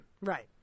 Right